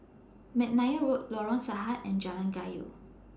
Mcnair Road Lorong Sahad and Jalan Kayu